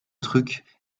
trucs